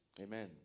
Amen